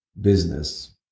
business